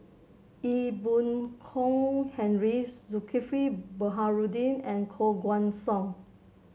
Ee Boon Kong Henry Zulkifli Baharudin and Koh Guan Song